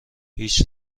هیچ